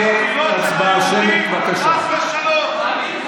תפילות של היהודים, חס ושלום.